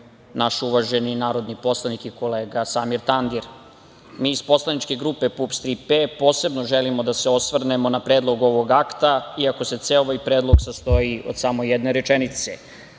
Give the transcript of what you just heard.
naš uvaženi narodni poslanik i kolega Samir Tandir. Mi iz poslaničke grupe PUPS – „Tri P“ posebno želimo da se osvrnemo na predlog ovog akta, iako se ceo ovaj predlog sastoji od samo jedne rečenice.